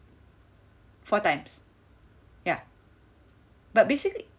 four times ya but basically